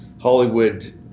Hollywood